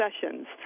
sessions